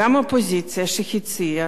שהציעה את הדבר הזה,